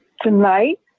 tonight